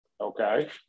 Okay